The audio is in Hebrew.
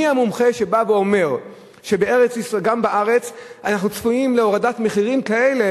מי המומחה שבא ואומר שגם בארץ אנחנו צפויים להורדת מחירים כאלה,